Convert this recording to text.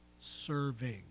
serving